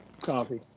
Coffee